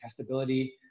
testability